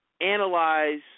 analyze –